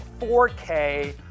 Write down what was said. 4K